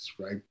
right